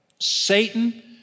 Satan